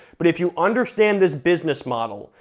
but if you understand this business model,